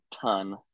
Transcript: ton